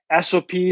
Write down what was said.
SOPs